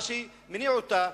מה שמניע אותה,